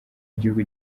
igihugu